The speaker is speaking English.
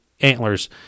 antlers